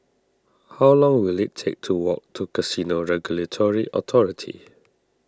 how long will it take to walk to Casino Regulatory Authority